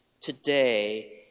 today